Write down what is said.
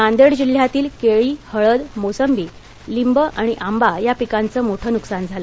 नांदेड जिल्ह्यातील केळी हळद मोसंबी लिंब आणि आंबा या पिकांचं मोठं नुकसान झालं